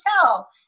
hotel